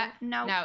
No